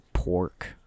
Pork